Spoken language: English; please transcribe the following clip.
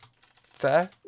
Fair